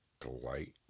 delight